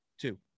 two